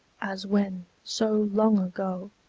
as when, so long ago,